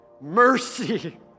Mercy